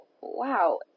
wow